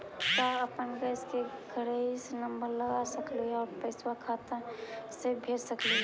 का अपन गैस के घरही से नम्बर लगा सकली हे और पैसा खाता से ही भेज सकली हे?